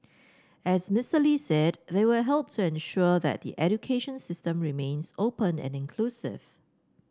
as Mister Lee said they will help to ensure that the education system remains open and inclusive